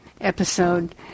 Episode